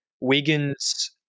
Wiggins